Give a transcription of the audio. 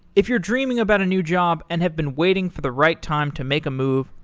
if you're dreaming about a new job and have been waiting for the right time to make a move,